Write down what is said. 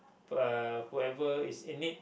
uh whoever is in need